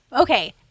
Okay